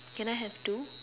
can I have two